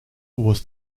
was